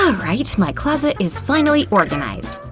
alright, my closet is finally organized!